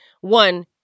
one